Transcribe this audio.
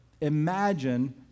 imagine